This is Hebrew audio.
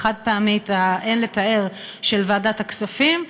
החד-פעמית והאין-לתאר של ועדת הכספים.